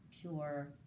pure